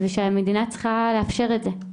ושהמדינה צריכה לאפשר את זה.